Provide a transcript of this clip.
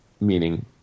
Meaning